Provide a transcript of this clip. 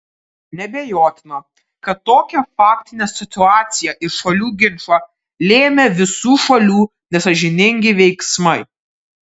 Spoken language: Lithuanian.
neabejotina kad tokią faktinę situaciją ir šalių ginčą lėmė visų šalių nesąžiningi veiksmai